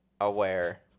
aware